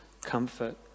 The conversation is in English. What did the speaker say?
comfort